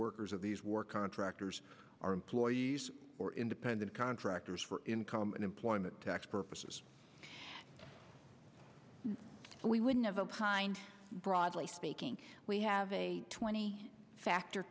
workers of these work contractors are employees or independent contractors for income and employment tax purposes we wouldn't have opined broadly speaking we have a twenty factor